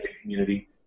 community